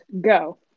go